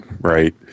right